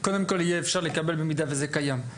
קודם כל יהיה אפשר לקבל במידה וזה קיים.